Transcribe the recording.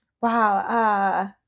Wow